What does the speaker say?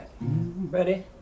Ready